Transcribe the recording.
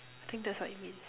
I think that's what it means